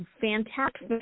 fantastic